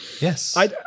Yes